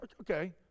okay